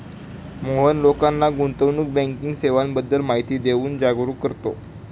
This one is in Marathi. मोहन लोकांना गुंतवणूक बँकिंग सेवांबद्दल माहिती देऊन जागरुक करतो